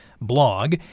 blog